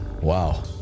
wow